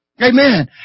Amen